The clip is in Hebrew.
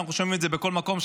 אנחנו שומעים את זה בכל מקום.